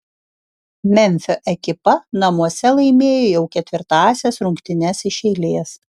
memfio ekipa namuose laimėjo jau ketvirtąsias rungtynes iš eilės